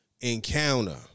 encounter